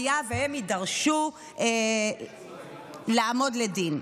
היה והם יידרשו לעמוד לדין.